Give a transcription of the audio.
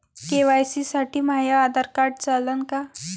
KYC साठी माह्य Aadhaar card चालन का?